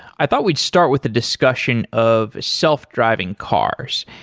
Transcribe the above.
i thought we'd start with the discussion of self-driving cars.